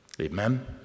Amen